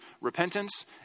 repentance